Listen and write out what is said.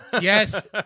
Yes